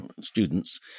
students